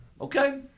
Okay